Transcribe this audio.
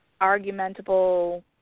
argumentable